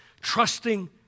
trusting